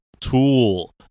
tool